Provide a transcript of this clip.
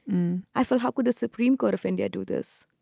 i felt, how could the supreme court of india do this?